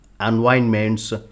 environments